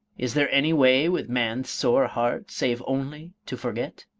is there any way with man's sore heart, save only to forget?